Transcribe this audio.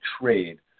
trade